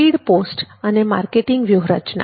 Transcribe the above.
speed post અને marketing વ્યૂહરચના